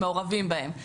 מעורבים בהן,